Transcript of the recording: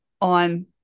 on